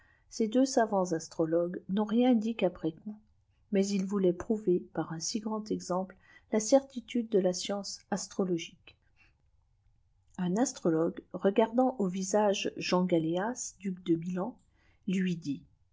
ces deux savants astrologues n'ont rien dit qu'après coup mais ils voulait prouver par un si grand exemple la certitude de la science astrologique un astrologue regardant au visage jean galeas duc de bfilan lui dit